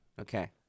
Okay